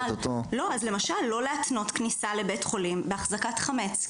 למשל לא להתנות כניסה לבית חלים בהחזקת חמץ.